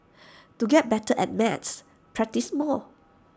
to get better at maths practise more